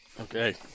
Okay